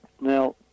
Now